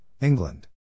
England